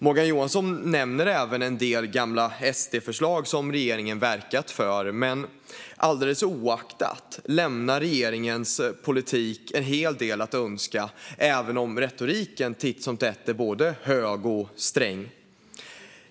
Morgan Johansson nämner även en del gamla SD-förslag som regeringen har verkat för, men alldeles oavsett lämnar regeringens politik en hel del att önska även om retoriken titt som tätt är både hög och sträng.